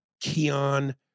Keon